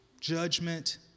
judgment